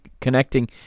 Connecting